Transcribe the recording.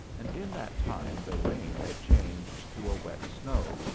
and in that time the rain had changed to a wet snow,